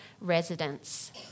residents